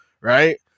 right